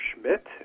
Schmidt